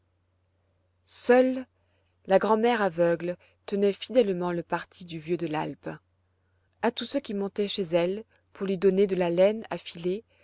seule la grand'mère aveugle tenait fidèlement le parti du vieux de l'alpe a tous ceux qui montaient chez elle pour lui donner de la laine